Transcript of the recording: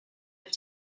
have